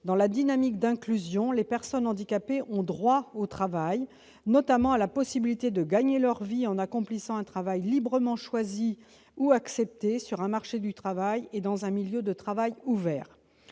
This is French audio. dans la dynamique d'inclusion, celles-ci ont droit au travail, notamment à la possibilité de gagner leur vie en accomplissant un travail librement choisi ou accepté sur un marché du travail et dans un milieu de travail ouvert.